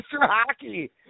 Hockey